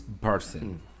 person